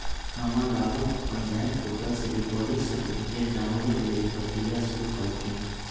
हमर बाबू अप्पन बैंक पोर्टल से डिपॉजिट सर्टिफिकेट डाउनलोड लेल प्रक्रिया शुरु कलखिन्ह